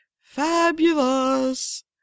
fabulous